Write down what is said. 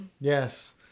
Yes